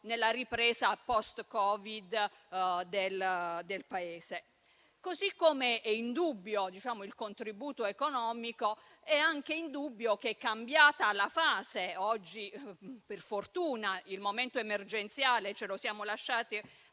nella ripresa post-Covid del Paese. Così come è indubbio il contributo economico, è anche indubbio che, cambiata la fase - oggi per fortuna il momento emergenziale ce lo siamo lasciato